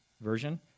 version